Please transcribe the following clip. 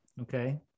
Okay